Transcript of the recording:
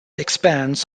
expands